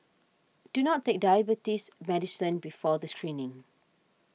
do not take diabetes medicine before the screening